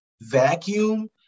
vacuum